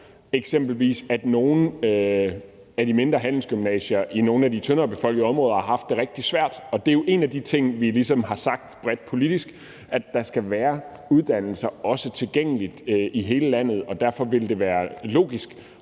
eksempelvis har gjort, at nogle af de mindre handelsgymnasier i nogle af de tyndere befolkede områder har haft det rigtig svært. Det er jo i forhold til det, at vi ligesom bredt politisk har sagt, at uddannelser skal være tilgængelige i hele landet. Derfor ville det være logisk